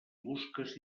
busques